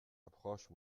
approche